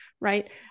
Right